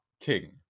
king